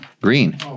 Green